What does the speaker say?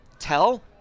tell